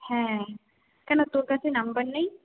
হ্যাঁ কেন তোর কাছে নাম্বার নেই